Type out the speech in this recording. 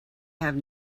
have